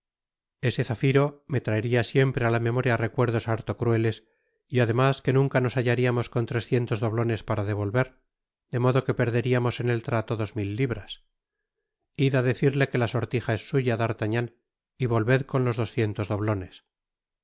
ese zafiro me traeria siempre á la memoria recuerdos harto crueles y además que nunca nos hallariamos con trescientos doblones para devolver de modo que perderiamos en el trato dos mil libras id á decirle que la sortija es suya d'artagnan y volved con los doscientos doblones